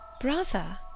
Brother